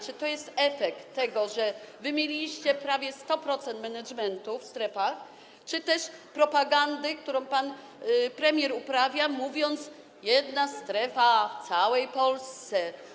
Czy to jest efekt tego, że wymieniliście prawie 100% managementu w strefach, czy też propagandy, którą pan premier uprawia, mówiąc: jedna strefa w całej Polsce?